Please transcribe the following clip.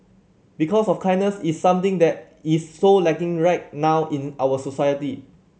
because of kindness is something that is so lacking right now in our society